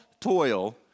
toil